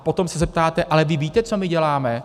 Potom se zeptáte: a vy víte, co my děláme?